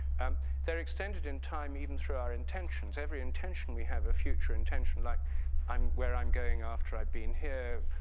um they're extended in time even through our intentions. every intention we have a future intention like i'm where i'm going after i've been here,